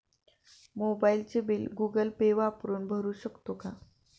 मोबाइलचे bill Google pay वापरून भरू शकतो का?